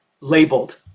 labeled